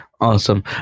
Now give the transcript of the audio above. awesome